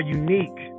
unique